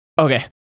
Okay